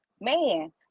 Man